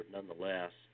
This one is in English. Nonetheless